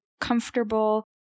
comfortable